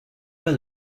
pas